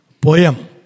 poem